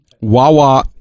Wawa